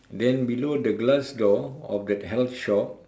then below the glass door of that health shop